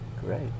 Great